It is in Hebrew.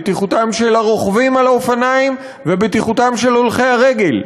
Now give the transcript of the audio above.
בטיחותם של הרוכבים על האופניים ובטיחותם של הולכי הרגל.